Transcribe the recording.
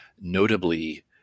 notably